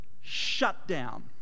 shutdown